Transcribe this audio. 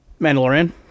mandalorian